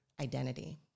identity